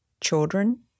children